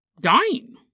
dying